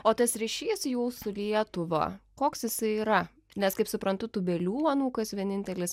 o tas ryšys jų su lietuva koks jisai yra nes kaip suprantu tūbelių anūkas vienintelis